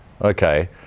Okay